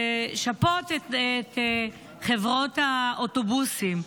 לשפות את חברות האוטובוסים.